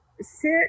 sit